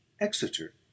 Exeter